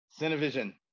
Cinevision